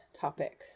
topic